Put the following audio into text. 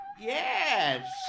Yes